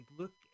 look